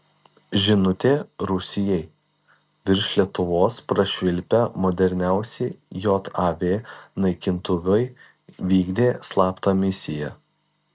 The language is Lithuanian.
žinutė rusijai virš lietuvos prašvilpę moderniausi jav naikintuvai vykdė slaptą misiją